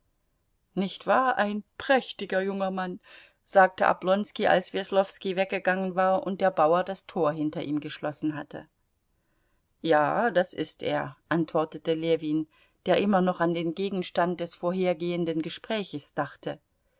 nicht wahr ein prächtiger junger mann sagte oblonski als weslowski weggegangen war und der bauer das tor hinter ihm geschlossen hatte ja das ist er antwortete ljewin der immer noch an den gegenstand des vorhergehenden gespräches dachte